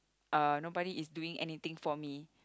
uh nobody is doing anything for me